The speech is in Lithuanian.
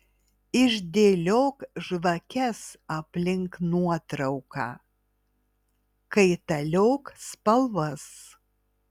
išdėliok žvakes aplink nuotrauką kaitaliok spalvas